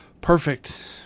perfect